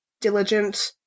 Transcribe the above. diligent